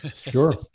Sure